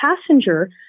passenger